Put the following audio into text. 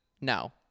No